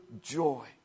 joy